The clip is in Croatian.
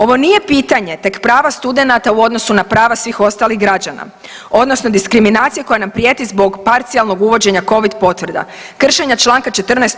Ovo nije pitanje tek prava studenata u odnosu na prava svih ostalih građana odnosno diskriminacija koja nam prijeti zbog parcijalnog uvođenja Covid potvrda, kršenja Članka 14.